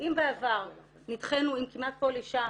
אם בעבר נדחינו עם כמעט כל אישה,